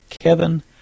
Kevin